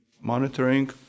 monitoring